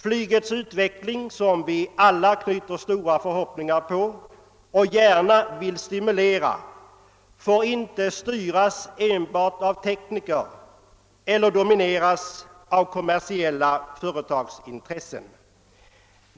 Flygets utveck ling, som vi alla knyter stora förhoppningar till och gärna vill stimulera, får inte styras enbart av tekniker eller domineras av kommersiella företagsintressen.